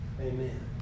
Amen